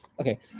Okay